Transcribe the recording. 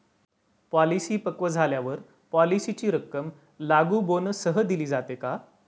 Policy पक्व झाल्यावर पॉलिसीची रक्कम लागू बोनससह दिली जाते का?